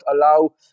allow